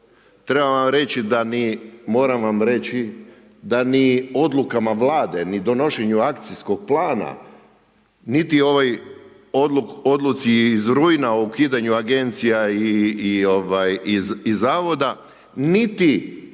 Trebam vam reći da ni, moram vam reći da ni odlukama vlade, ni donošenju akcijskog plana, niti ovoj odluci iz rujna o ukidanju agencija i zavoda, niti